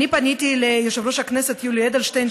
אני פניתי ליושב-ראש הכנסת יולי אדלשטיין,